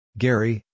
Gary